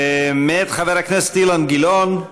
מאת חבר הכנסת אילן גילאון.